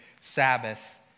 Sabbath